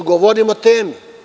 Govorim o temi.